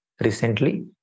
recently